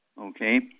okay